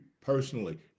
personally